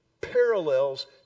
parallels